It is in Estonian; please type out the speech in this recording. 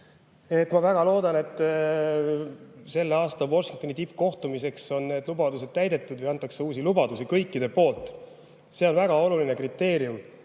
Ma väga loodan, et selle aasta Washingtoni tippkohtumiseks on need lubadused täidetud või antakse uusi lubadusi ja seda teevad kõik. See on väga oluline kriteerium